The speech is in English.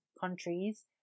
countries